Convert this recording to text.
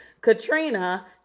Katrina